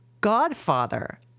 godfather